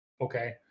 okay